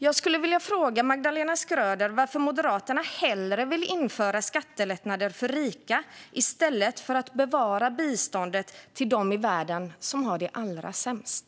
Jag skulle vilja fråga Magdalena Schröder varför Moderaterna hellre vill införa skattelättnader för rika än bevara biståndet till de i världen som har det allra sämst.